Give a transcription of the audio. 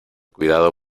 cuidado